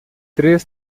três